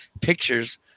pictures